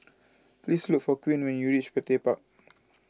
please look for Queen when you reach Petir Park